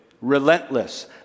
relentless